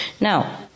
now